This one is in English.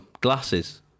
glasses